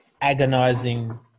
agonizing